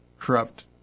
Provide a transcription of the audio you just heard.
corrupt